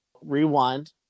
Rewind